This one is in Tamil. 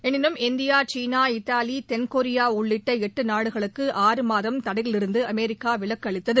எனினும் இந்தியா சீனா இத்தாலி தென்கொரியா உள்ளிட்ட எட்டு நாடுகளுக்கு ஆறு மாதம் தடையிலிருந்து அமெரிக்கா விலக்கு அளித்தது